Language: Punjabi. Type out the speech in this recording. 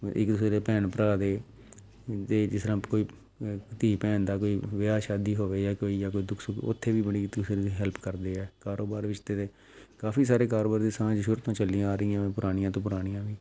ਇੱਕ ਦੂਸਰੇ ਦੇ ਭੈਣ ਭਰਾ ਦੇ ਅਤੇ ਜਿਸ ਤਰ੍ਹਾਂ ਕੋਈ ਧੀ ਭੈਣ ਦਾ ਕੋਈ ਵਿਆਹ ਸ਼ਾਦੀ ਹੋਵੇ ਜਾਂ ਕੋਈ ਜਾਂ ਕੋਈ ਦੁੱਖ ਸੁੱਖ ਉੱਥੇ ਵੀ ਬੜੀ ਇੱਕ ਦੂਸਰੇ ਦੀ ਹੈਲਪ ਕਰਦੇ ਆ ਕਾਰੋਬਾਰ ਰਿਸ਼ਤੇ ਦੇ ਕਾਫ਼ੀ ਸਾਰੇ ਕਾਰੋਬਾਰਾਂ ਦੀ ਸਾਂਝ ਸ਼ੁਰੂ ਤੋਂ ਚੱਲੀਆਂ ਆ ਰਹੀਆਂ ਪੁਰਾਣੀਆਂ ਤੋਂ ਪੁਰਾਣੀਆਂ ਵੀ